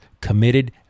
committed